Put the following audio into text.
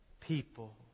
people